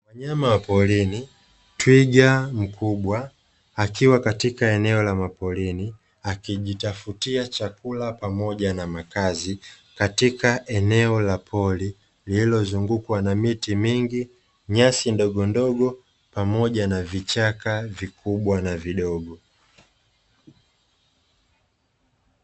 Mnyama wa porini twiga mkubwa akiwa katika eneo la maporini akijitafutia chakula pamoja na makazi, katika eneo la pori lililozungukwa na miti mingi nyasi ndogondogo pamoja na vichaka vikubwa na vidogo .